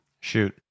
Shoot